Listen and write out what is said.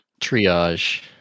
Triage